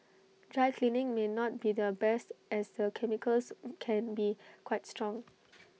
dry cleaning may not be the best as the chemicals can be quite strong